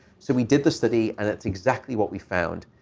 so we did the study, and it's exactly what we found.